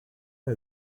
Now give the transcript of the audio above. are